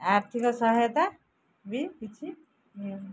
ଆର୍ଥିକ ସହାୟତା ବି କିଛି